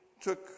took